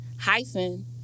hyphen